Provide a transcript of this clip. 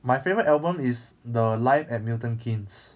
my favorite album is the live at milton keynes